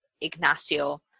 Ignacio